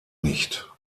nicht